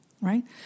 Right